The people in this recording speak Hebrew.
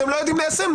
אתם לא יודעים ליישם,